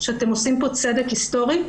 שאתם עושים פה צדק היסטורי.